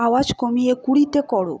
আওয়াজ কমিয়ে কুড়িতে করো